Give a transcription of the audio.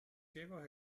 ciegos